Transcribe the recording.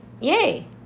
Yay